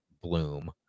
bloom